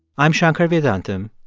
i'm shankar vedantam,